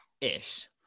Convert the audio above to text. Ish